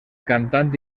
cantant